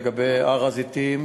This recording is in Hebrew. לגבי הר-הזיתים,